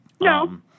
No